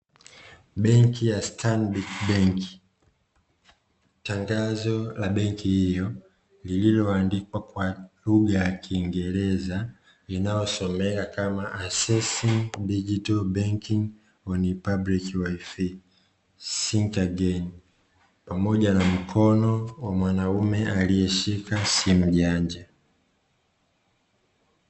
Benki ya stanbik benki tangazo la benki hiyo lililoandikwa kwa lugha ya kiingereza inayosomea kama a accessing digitai benking on republic wifi sinta gain pamoja na mkono wa mwanaume aliyeshika si majanja.